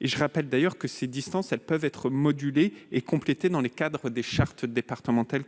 Je rappelle que ces distances peuvent être modulées et complétées dans le cadre des chartes départementales.